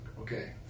okay